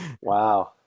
Wow